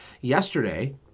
yesterday